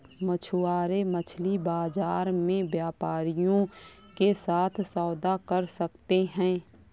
मछुआरे मछली बाजार में व्यापारियों के साथ सौदा कर सकते हैं